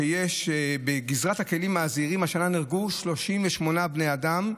בגזרת הכלים הזעירים השנה נהרגו 38 בני אדם,